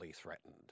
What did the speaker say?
threatened